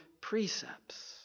precepts